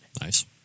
Nice